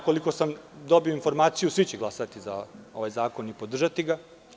Koliko sam dobio informaciju, svi će glasati za ovaj zakon i podržati ga.